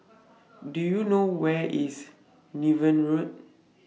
Do YOU know Where IS Niven Road